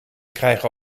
krijgen